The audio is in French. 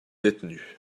détenus